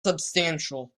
substantial